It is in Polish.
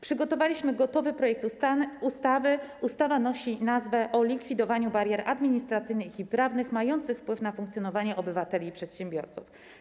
Przygotowaliśmy gotowy projekt ustawy, ustawa nosi tytuł: o likwidowaniu barier administracyjnych i prawnych mających wpływ na funkcjonowanie obywateli i przedsiębiorców.